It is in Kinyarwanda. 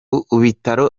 ikubitiro